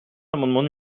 l’amendement